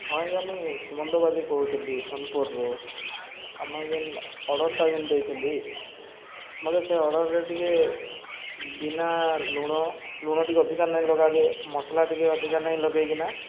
ହଁ ଆଜ୍ଞ ମୁଇଁ ସୁମନ୍ତ ବାଦି କହୁଥିଲି ସୋନପୁରରୁ ଆମେ ଯେନ୍ ଅର୍ଡ଼ର୍ଟା ଯେନ୍ ଦେଇଥିଲି ମତେ ସେ ଅର୍ଡ଼ର୍ରେ ଟିକେ ବିନା ଲୁଣ ଲୁଣ ଟିକେ ଅଧିକା ନାଇଁ ଲଗାବେ ମସ୍ଲା ଟିକେ ଅଧିକା ନାଇଁ ଲଗେଇକିନା